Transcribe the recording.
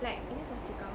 like is it swastika